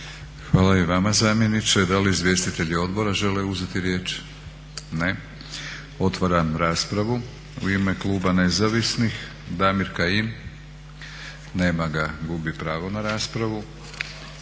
Hvala i vama zamjeniče. Da li izvjestitelji odbora žele uzeti riječ? Ne. Otvaram raspravu. U ime Kluba nezavisnih Damir Kajin. Nema ga, gubi pravo na raspravu.